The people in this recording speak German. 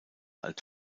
alt